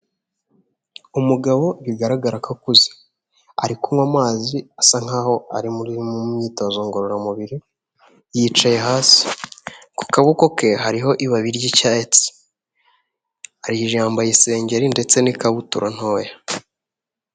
Umugabo bigaragara ko akuze ari kunywa amazi asa nk'aho ari mu myitozo ngororamubiri yicaye hasi ku kaboko ke hariho ibabi ry'icyatsi yambaye isengeri ndetse n'ikabutura ntoya.